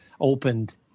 opened